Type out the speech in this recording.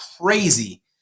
crazy